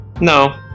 No